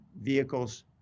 vehicles